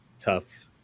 tough